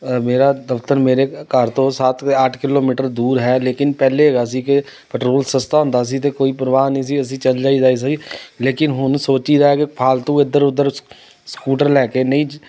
ਮੇਰਾ ਦਫਤਰ ਮੇਰੇ ਘਰ ਤੋਂ ਸੱਤ ਅਤੇ ਅੱਠ ਕਿਲੋਮੀਟਰ ਦੂਰ ਹੈ ਲੇਕਿਨ ਪਹਿਲੇ ਰਾਜ਼ੀ ਕੇ ਪਟਰੋਲ ਸਸਤਾ ਹੁੰਦਾ ਸੀ ਅਤੇ ਕੋਈ ਪਰਵਾਹ ਨਹੀਂ ਸੀ ਅਸੀਂ ਚਲ ਜਾਈਦਾ ਹੀ ਸੀ ਲੇਕਿਨ ਹੁਣ ਸੋਚੀਦਾ ਕਿ ਫਾਲਤੂ ਇੱਧਰ ਉੱਧਰ ਸ ਸਕੂਟਰ ਲੈ ਕੇ ਨਹੀਂ